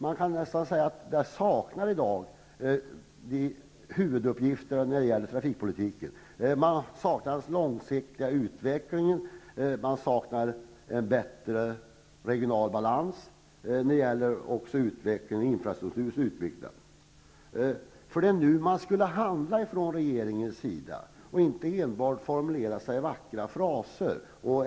Man kan nästan säga att man i dag saknar huvuduppgifterna när det gäller trafikpolitiken. Man saknar den långsiktiga utvecklingen, en bättre regional balans och utveckling av infrastrukturens utbyggnad. Det är nu man skall handla från regeringens sida i stället för att enbart formulera sig i vackra fraser.